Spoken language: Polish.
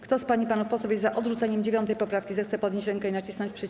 Kto z pań i panów posłów jest za odrzuceniem 9. poprawki, zechce podnieść rękę i nacisnąć przycisk.